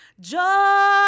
Joy